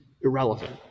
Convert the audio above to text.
irrelevant